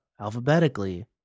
alphabetically